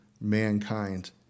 mankind